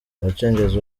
abacengezi